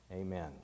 Amen